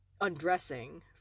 undressing